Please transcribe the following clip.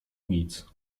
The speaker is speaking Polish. nic